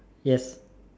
yes